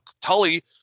Tully